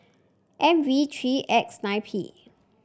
M V three X nine P